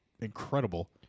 incredible